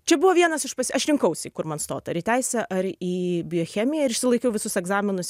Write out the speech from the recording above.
čia buvo vienas iš pasi aš rinkausi į kur man stot ar į teisę ar į biochemiją ir išsilaikiau visus egzaminus